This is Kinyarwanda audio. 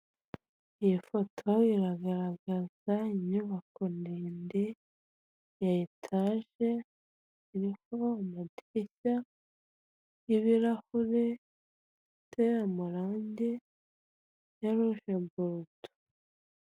Iyo foto iragaragaza inyubako ndende ya etaje iriho amadirishya n'ibirahure ifite amarange ya ruje borudo.